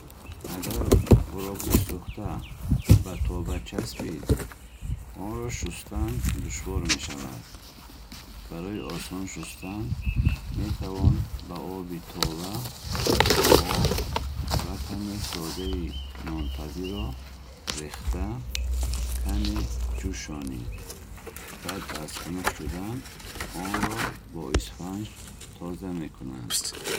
Агар хӯрок сӯхта ба тоба часпид, онро шустан душвор мешавад. Барои осон шустан, метавон ба оби тоба об ва каме содаи нонпазиро рехта, каме ҷӯшонид. Баъд аз хунук шудан, онро бо исфанҷ тоза мекунанд.